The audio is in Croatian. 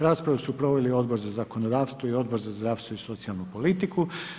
Raspravu su proveli Odbor za zakonodavstvo i Odbor za zdravstvo i socijalnu politiku.